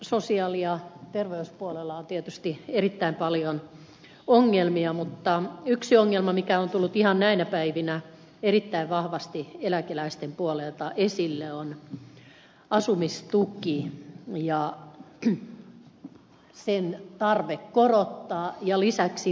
sosiaali ja terveyspuolella on tietysti erittäin paljon ongelmia mutta yksi ongelma mikä on tullut ihan näinä päivinä vahvasti esille eläkeläisten puolelta on asumistuki ja tarve korottaa sitä